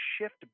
shift